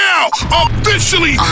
Officially